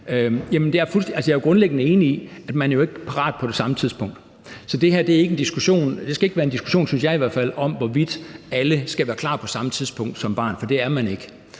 Jeg er jo grundlæggende enig i, at man ikke er parat på det samme tidspunkt. Så det skal ikke være en diskussion, synes jeg i hvert fald, om, hvorvidt alle skal være klar på samme tidspunkt som børn, for det er de ikke.